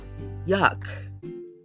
yuck